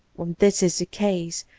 when this is the case,